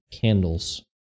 candles